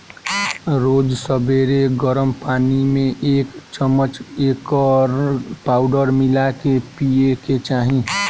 रोज सबेरे गरम पानी में एक चमच एकर पाउडर मिला के पिए के चाही